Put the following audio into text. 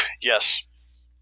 Yes